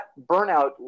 burnout